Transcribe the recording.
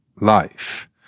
life